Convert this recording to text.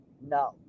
No